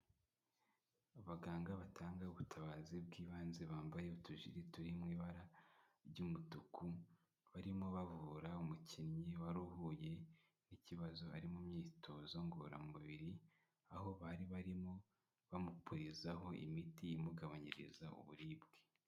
Abaganga batanga ubutabazi bw'ibanze, bambaye utujiri turi mu ibara ry'umutuku, barimo bavura umukinnyi, wari uhuye n'ikibazo ari mu myitozo ngororamubiri aho bari barimo bamupurizaho imiti imugabanyiriza uburibwe.